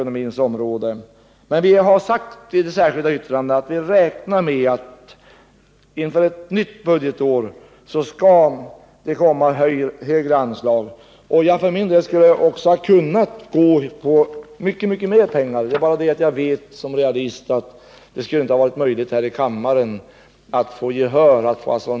I vårt särskilda yttrande har vi emellertid framhållit att vi räknar med ökade anslag inför kommande budgetår. Jag skulle i och för sig ha velat föreslå ännu Nr 114 mer pengar till detta ändamål, men det har jag inte gjort därför att jag vet att Onsdagen den jag inte skulle ha fått gehör för ett sådant förslag här i kammaren.